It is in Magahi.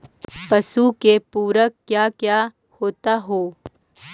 पशु के पुरक क्या क्या होता हो?